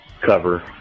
cover